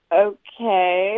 Okay